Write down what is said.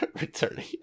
Returning